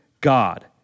God